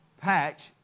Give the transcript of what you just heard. patch